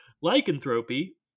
lycanthropy